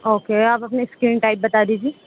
okay آپ اپنے skin type بتا دیجیے